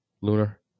Lunar